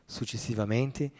Successivamente